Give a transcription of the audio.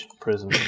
prison